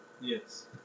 Yes